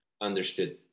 Understood